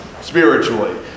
spiritually